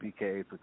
BKA